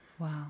Wow